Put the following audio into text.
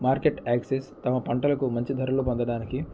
market access తమ పంటలకు మంచి ధరలు పొందడానికి